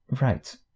right